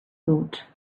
thought